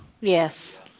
Yes